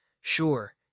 sure